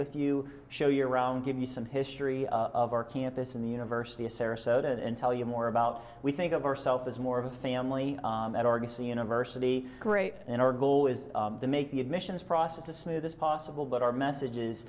with you show you around give you some history of our campus in the university of sarasota and tell you more about we think of ourself as more of a family at argosy university great and our goal is to make the admissions process a smooth as possible but our messages